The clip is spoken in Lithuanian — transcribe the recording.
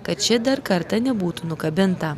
kad ši dar kartą nebūtų nukabinta